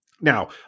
Now